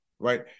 right